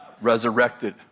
Resurrected